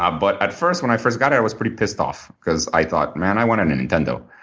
ah but at first when i first got it i was pretty pissed off because i thought, man, i want a nintendo.